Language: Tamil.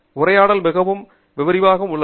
உரையாடல் மிகவும் விரிவாக உள்ளது